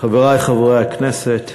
חברי חברי הכנסת,